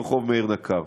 ברחוב מאיר נקר.